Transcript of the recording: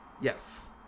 yes